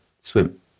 swim